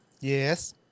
Yes